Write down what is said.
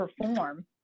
perform